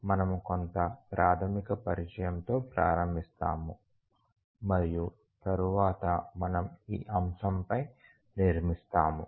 మనము కొంత ప్రాథమిక పరిచయంతో ప్రారంభిస్తాము మరియు తరువాత మనము ఈ అంశం పై నిర్మిస్తాము